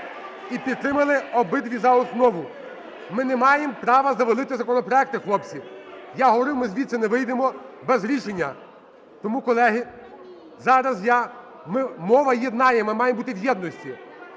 і підтримали обидва за основу. Ми не маємо права завалити законопроекти, хлопці! Я говорю, ми звідси не вийдемо без рішення. Тому, колеги, зараз я… мова єднає, ми маємо бути в єдності.